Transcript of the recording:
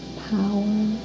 power